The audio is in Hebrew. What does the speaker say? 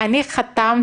אני רק חוזרת על טענתי